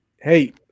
Hey